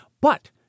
But